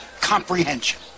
comprehension